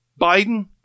Biden